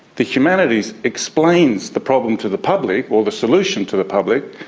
the humanities explains the problem to the public or the solution to the public,